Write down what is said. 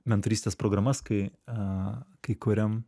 mentorystės programas kai aaa kai kuriam